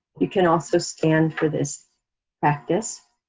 you can also stand for this practice.